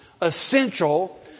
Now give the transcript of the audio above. essential